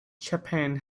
japan